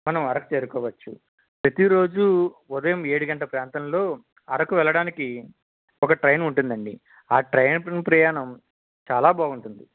మనం అరకు చేరుకోవచ్చు ప్రతిరోజు ఉదయం ఏడు గంటల ప్రాంతంలో అరకు వెళ్లడానికి ఒక ట్రైన్ ఉంటుందండి ఆ ట్రైన్ ప్రయాణం చాలా బాగుంటుంది